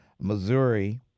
Missouri